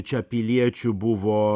čia piliečių buvo